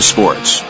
Sports